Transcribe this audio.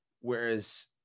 Whereas